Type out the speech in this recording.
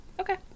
Okay